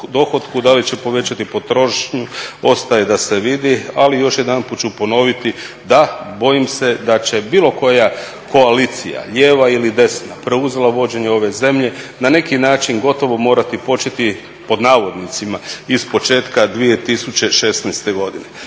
Da li će povećati potrošnju, ostaje da se vidi, ali još jedanput ću ponoviti, da, bojim se da će bilo koja koalicija, lijeva ili desna, preuzela vođenje ove zemlje, na neki način gotovo morati početi, pod navodnicima, ispočetka 2016. godine.